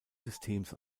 systems